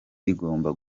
igomba